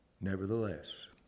Nevertheless